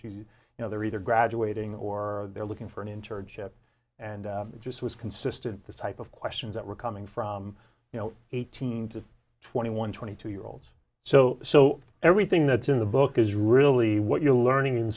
you know they're either graduating or they're looking for an internship and it just was consistent this type of questions that were coming from you know eighteen to twenty one twenty two year olds so so everything that's in the book is really what you're learning in